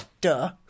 duh